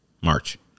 March